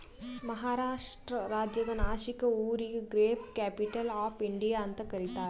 ಮಹಾರಾಷ್ಟ್ರ ರಾಜ್ಯದ್ ನಾಶಿಕ್ ಊರಿಗ grape capital of India ಅಂತ್ ಕರಿತಾರ್